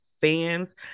fans